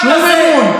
שום אמון.